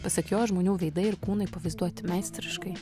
pasak jo žmonių veidai ir kūnai pavaizduoti meistriškai